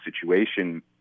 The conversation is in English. situation